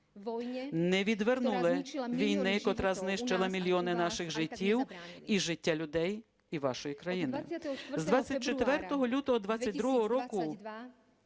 Не відвернули війни, котра знищила мільйони наших життів, і життя людей і вашої країни. З 24 лютого 22-го року